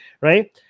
Right